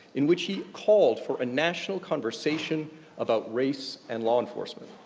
in which he called for a national conversation about race and law enforcement.